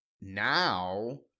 Now